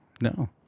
No